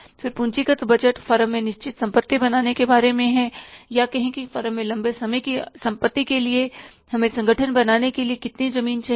फिर पूंजीगत budget firm में निश्चित संपत्ति बनाने के बारे में है या कहें कि फर्म में लंबे समय की संपत्ति के लिए हमें संगठन बनाने के लिए कितनी ज़मीन चाहिए